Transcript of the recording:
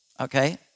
Okay